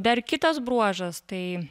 dar kitas bruožas tai